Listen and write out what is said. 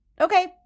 Okay